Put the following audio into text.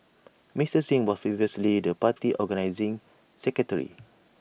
Mister Singh was previously the party's organising secretary